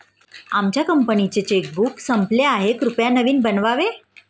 आमच्या कंपनीचे चेकबुक संपले आहे, कृपया नवीन बनवावे